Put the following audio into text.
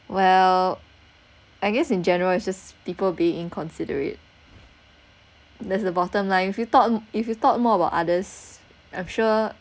well I guess in general it's just people being inconsiderate that's the bottom line if you thought if you thought more about others I'm sure